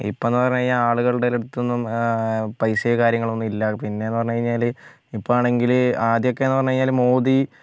ഇപ്പോൾ എന്ന് പറഞ്ഞുകഴിഞ്ഞാൽ ആളുകളുടെ അടുത്തൊന്നും പൈസയും കാര്യങ്ങളും ഒന്നുമില്ല പിന്നെ എന്ന് പറഞ്ഞുകഴിഞ്ഞാൽ ഇപ്പോൾ ആണെങ്കിൽ ആദ്യമൊക്കെ എന്ന് പറഞ്ഞുകഴിഞ്ഞാൽ മോദി